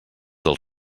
del